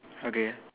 okay